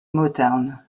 motown